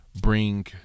bring